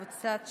קבוצת ש"ס,